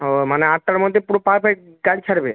ও মানে আটটার মধ্যে পুরো পারফেক্ট গাড়ি ছাড়বে